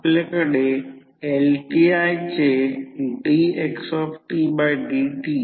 तर I2 20 ampere मिळाले आहे आणि N2 N1 110 आहे